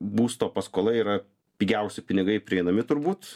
būsto paskola yra pigiausi pinigai prieinami turbūt